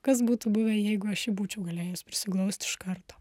kas būtų buvę jeigu aš jį būčiau galėjęs prisiglaust iš karto